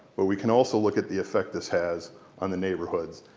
but we can also look at the effect this has on the neighborhoods,